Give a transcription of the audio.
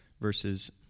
verses